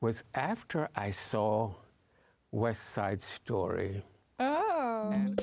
was after i saw west side story